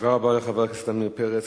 תודה רבה לחבר הכנסת עמיר פרץ.